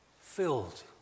Filled